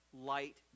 light